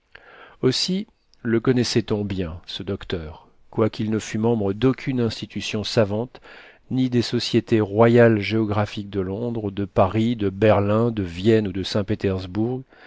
aussi le connaissait on bien ce docteur quoiqu'il ne fût membre d'aucune institution savante ni des sociétés royales géographiques de londres de paris de berlin de vienne ou de saint-pétersbourg